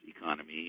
economy